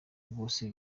bwose